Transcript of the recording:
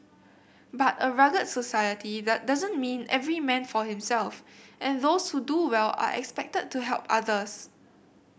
but a rugged society doesn't mean every man for himself and those who do well are expected to help others